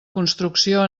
construcció